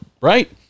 right